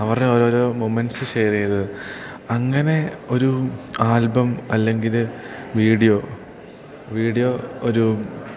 അവരുടെ ഓരോരോ moments share ചെയ്തത് അങ്ങനെ ഒരു ആൽബം അല്ലെങ്കിൽ വീഡിയോ വീഡിയോ ഒരു